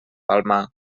palmar